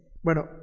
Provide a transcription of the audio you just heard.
bueno